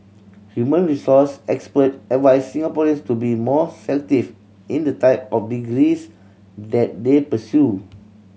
human resource expert advised Singaporeans to be more selective in the type of degrees that they pursue